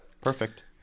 Perfect